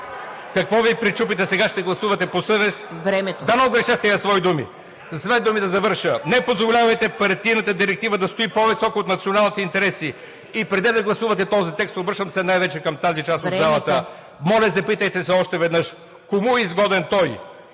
какво Ви пречупи, та сега ще гласувате по съвест? Дано греша в тези свои думи. С две думи да завърша. Не позволявайте партийната директива да стои по-високо от националните интереси! И преди да гласувате този текст – обръщам се най-вече към тази част от залата (към ГЕРБ-СДС и ДБ), моля, запитайте се още веднъж: кому е изгоден той?